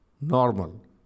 normal